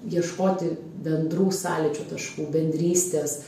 ieškoti bendrų sąlyčio taškų bendrystės